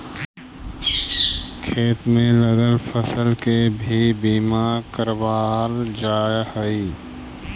खेत में लगल फसल के भी बीमा करावाल जा हई